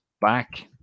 back